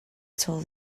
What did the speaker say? told